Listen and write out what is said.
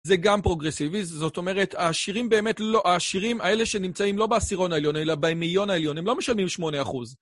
זה גם פרוגרסיביזם, זאת אומרת, השירים באמת לא, השירים האלה שנמצאים לא בעשירון העליון, אלא במאיון העליון, הם לא משלמים 8%.